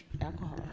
alcohol